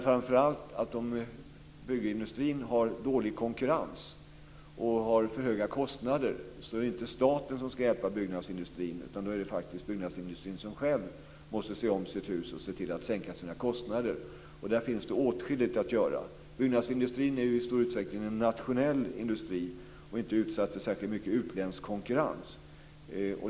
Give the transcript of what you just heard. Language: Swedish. Om nu byggindustrin har dålig konkurrens och har för höga kostnader är det inte staten som ska hjälpa byggnadsindustrin, utan det är faktiskt byggnadsindustrin som själv måste se om sitt hus och se till att sänka sina kostnader. Där finns det åtskilligt att göra. Byggnadsindustrin är i stor utsträckning en nationell industri och är inte särskilt mycket utsatt för utländsk konkurrens.